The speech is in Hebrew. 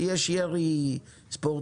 יש ירי ספורטיבי,